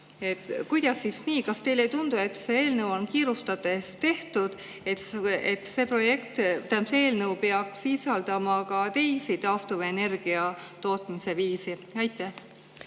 Kuidas siis nii? Kas teile ei tundu, et see eelnõu on kiirustades tehtud? Kas see eelnõu ei peaks sisaldama ka teisi taastuvenergia tootmise viise? Aitäh,